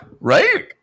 Right